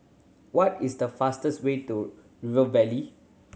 what is the fastest way to River Valley